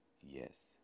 Yes